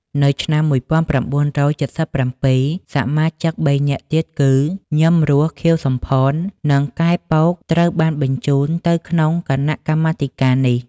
នៅឆ្នាំ១៩៧៧ សមាជិកបីនាក់ទៀតគឺ ញឹម រស់ ខៀវ សំផន និង កែ ពក ត្រូវបានបញ្ចូលទៅក្នុងគណៈកម្មាធិការនេះ ។